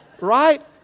Right